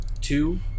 two